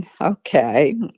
okay